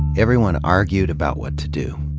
everyone argued about what to do.